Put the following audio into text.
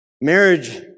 Marriage